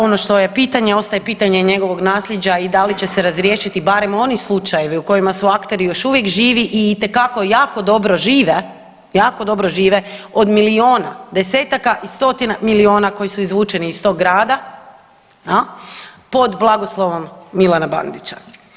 Ono što je pitanje ostaje pitanje njegovog nasljeđa i da li će se razriješiti barem oni slučajevi u kojima su akteri još uvijek živi i itekako jako dobro žive, jako dobro žive od milijuna, desetaka i stotina milijuna koji su izvučeni iz tog grada jel, pod blagoslovom Milana Bandića.